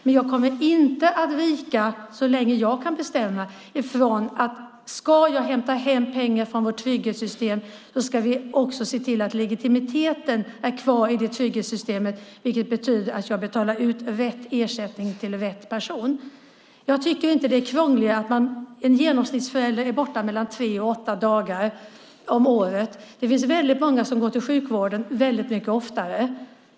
Men jag kommer inte att vika - så länge jag kan bestämma - från att ska man hämta hem pengar från vårt trygghetssystem ska vi också se till att legitimiteten är kvar i det trygghetssystemet. Det betyder att det betalas ut rätt ersättning till rätt person. Jag tycker inte att det är krångligare. En genomsnittsförälder är borta mellan tre och åtta dagar om året. Det finns många som går till sjukvården mycket oftare.